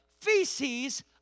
feces